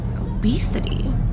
Obesity